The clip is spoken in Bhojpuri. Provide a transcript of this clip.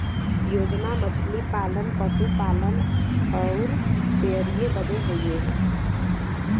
योजना मछली पालन, पसु पालन अउर डेयरीए बदे हउवे